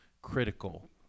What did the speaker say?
critical